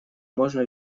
можно